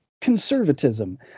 conservatism